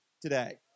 today